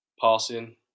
passing